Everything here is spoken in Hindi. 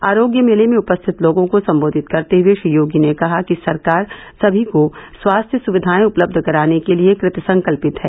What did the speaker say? आरोग्य मेले में उपस्थित लोगों को संबोधित करते हुए श्री योगी ने कहा कि सरकार सभी को स्वास्थ्य सुविघाएं उपलब्ध कराने के लिए कृतसंकल्पित है